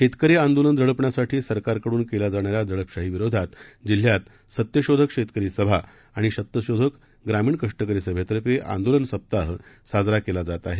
शेतकरी आंदोलन दडपण्यासाठी सरकारकडून केल्या जाणाऱ्या दडपशाही विरोधात जिल्ह्यात सत्यशोधक शेतकरी सभा आणि सत्यशोधक ग्रामीण कष्टकरी समेतर्फे आंदोलन सप्ताह साजरा केला जात आहे